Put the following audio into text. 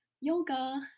yoga